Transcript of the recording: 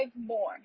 more